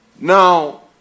Now